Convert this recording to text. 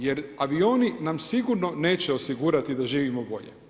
Jer, avioni nam sigurno neće osigurati da živimo bolje.